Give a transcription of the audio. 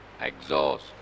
exhaust